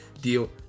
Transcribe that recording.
deal